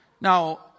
Now